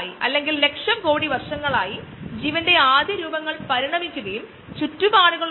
അങ്ങനെ ലളിതമായി സംസാരിക്കുമ്പോൾ യഥാർത്ഥത്തിൽ ഇതൊരു ബയോപ്രോസസ്സ് ആണ്